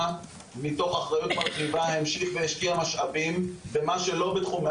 מתוך אחריות מרחיבה המשיך והשקיע משאבים במה שלא בתחומי